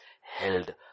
held